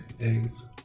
Eggs